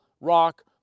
rock